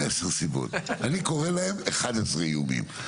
אני קורא להם 11 איומים,